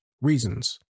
reasons